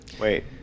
Wait